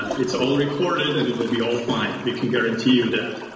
ah it's all recorded and it will be all fine. we can guarantee you that.